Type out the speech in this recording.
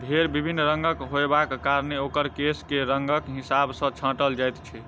भेंड़ विभिन्न रंगक होयबाक कारणेँ ओकर केश के रंगक हिसाब सॅ छाँटल जाइत छै